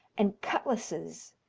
and cutlashes,